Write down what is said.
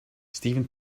steven